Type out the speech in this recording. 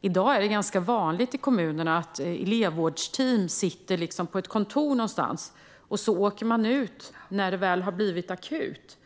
I dag är det ganska vanligt i kommunerna att elevvårdsteam sitter på ett kontor någonstans och åker ut när det väl har blivit akut.